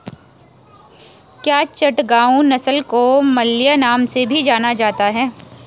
क्या चटगांव नस्ल को मलय नाम से भी जाना जाता है?